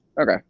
Okay